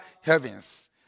heavens